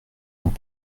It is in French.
ont